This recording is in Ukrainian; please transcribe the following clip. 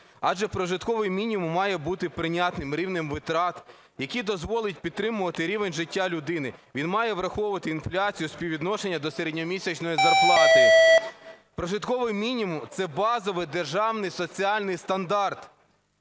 адже прожитковий мінімум має бути прийнятним рівнем витрат, який дозволить підтримувати рівень життя людини, він має враховувати інфляцію, співвідношення до середньомісячної зарплати. Прожитковий мінімум – це базовий державний соціальний стандарт,